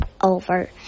over